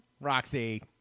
Roxy